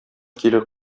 кире